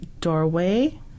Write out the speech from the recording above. doorway